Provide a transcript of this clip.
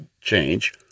change